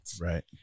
right